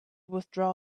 withdraw